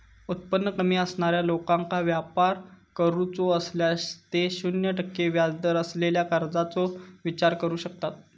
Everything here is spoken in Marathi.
उत्पन्न कमी असणाऱ्या लोकांका व्यापार करूचो असल्यास ते शून्य टक्के व्याजदर असलेल्या कर्जाचो विचार करू शकतत